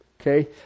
Okay